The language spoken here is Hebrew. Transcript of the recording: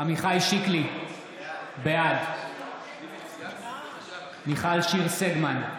עמיחי שיקלי, בעד מיכל שיר סגמן,